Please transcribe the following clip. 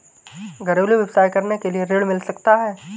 घरेलू व्यवसाय करने के लिए ऋण मिल सकता है?